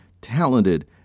talented